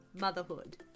motherhood